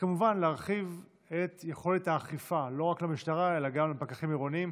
וכמובן להרחיב את יכולת האכיפה לא רק למשטרה אלא גם לפקחים עירוניים.